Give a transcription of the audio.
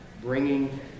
bringing